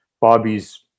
Bobby's